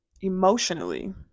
emotionally